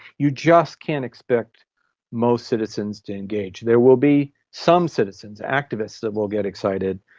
you just can't expect most citizens to engage. there will be some citizens, activists that will get excited,